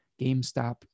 GameStop